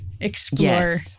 explore